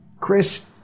Chris